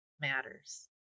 matters